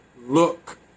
look